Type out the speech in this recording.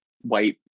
white